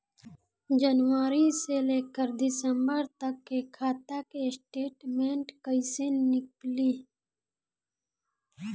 जनवरी से लेकर दिसंबर तक के खाता के स्टेटमेंट कइसे निकलि?